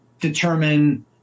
determine